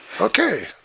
Okay